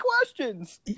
questions